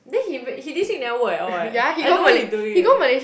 then he b~ he this week never work at all eh I don't know what he's doing eh